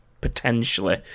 potentially